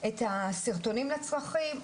את הסרטונים לצרכים,